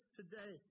today